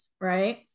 right